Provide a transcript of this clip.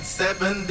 seven